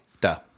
Duh